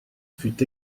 fut